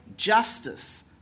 Justice